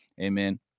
Amen